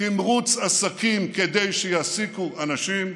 תמרוץ עסקים כדי שיעסיקו אנשים,